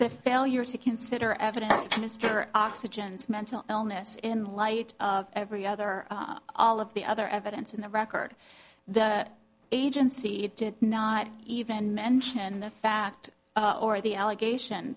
the failure to consider evidence mr oxygen's mental illness in light of every other all of the other evidence in the record the agency did not even mention the fact or the allegation